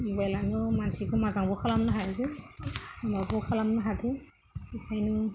मबाइलानो मानसिखौ मोजांबो खालामनो हायो हामाबो खालामनो हादों ओंखायनो